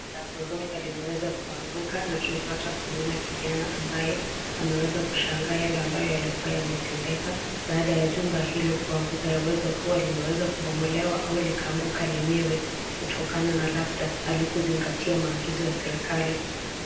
Kuna ghorofa limeweza kuanguka na tunapata kumwona kijana ambaye ameweza kushangaa yale ambayo yalikuwa yametendeka baada ya jumba hilo kuanguka yaweza kuwa limeweza kubomolewa au likaanguka lenyewe kutokana na labda halikuzingatia maagizo ya serikali.